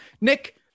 Nick